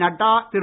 Nadda Thiru